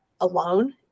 alone